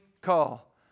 call